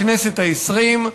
בכנסת העשרים,